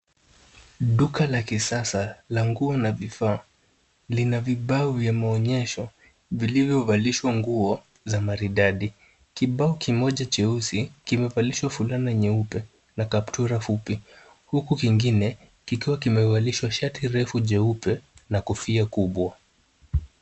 Duka la kisasa la nguo na vifaa lina vibao vya maonyesho vilivyo valishwa nguo za maridadi. Kibao kimoja cheusi kimevalishwa fulana nyeupe na kaptura fupi, huku kingine kikiwa kimevalishwa shati refu jeupe na kofia kubwa.